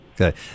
Okay